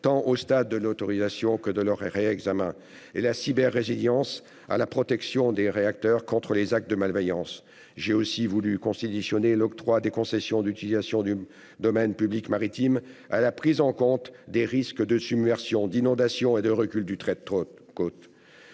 tant de leur autorisation que de leur réexamen, ainsi que la cyberrésilience à la protection des réacteurs contre les actes de malveillance. J'ai aussi voulu conditionner l'octroi des concessions d'utilisation du domaine public maritime à la prise en compte des risques de submersion, d'inondation et de recul du trait de côte.